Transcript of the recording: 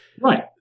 Right